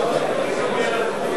אנחנו ממשיכים